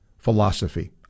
Philosophy